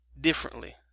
differently